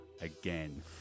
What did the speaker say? again